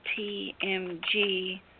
TMG